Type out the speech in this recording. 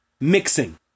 mixing